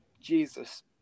Jesus